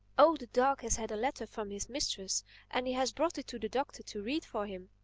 oh, the dog has had a letter from his mistress and he has brought it to the doctor to read for him.